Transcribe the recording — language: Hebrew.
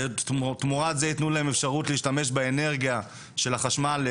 ותמורת זה יתנו להם אפשרות להשתמש באנרגיה של החשמל,